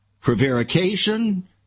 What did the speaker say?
prevarication